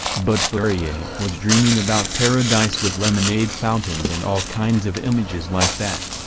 but fourier was dreaming about paradise with lemonade fountains and all kinds of images like that.